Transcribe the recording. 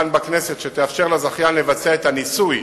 כאן בכנסת, שתאפשר לזכיין לבצע את הניסוי